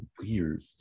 weird